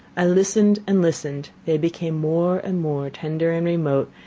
i listened and listened they became more and more tender and remote,